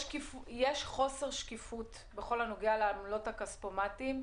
יש חוסר שקיפות בכל הנוגע לעמלות הכספומטים,